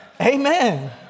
Amen